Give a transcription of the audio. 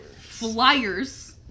Flyers